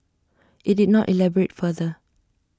IT did not elaborate further